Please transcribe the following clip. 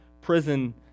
prison